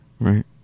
right